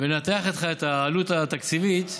ולנתח איתך את העלות התקציבית,